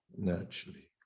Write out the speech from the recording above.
naturally